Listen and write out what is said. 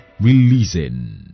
Releasing